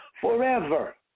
forever